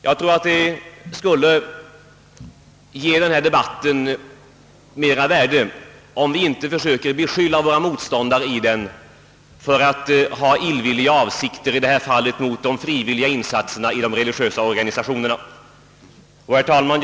Jag tror att det skulle ge denna debatt mera värde, om vi inte försökte beskylla våra motståndare för att ha illvilliga avsikter, i detta fall mot de frivilliga insatserna i de religiösa organisationerna. Herr talman!